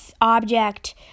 object